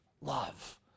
Love